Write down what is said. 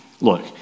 Look